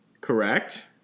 Correct